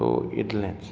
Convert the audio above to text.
so इतलेंच